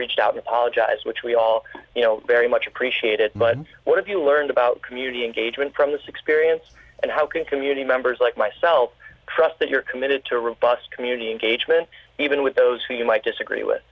reached out to apologize which we all you know very much appreciate it but what have you learned about community engagement from this experience and how can community members like myself trust that you're committed to rip us community engagement even with those who you might disagree with